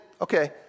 okay